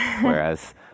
Whereas